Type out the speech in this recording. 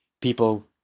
People